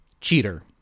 cheater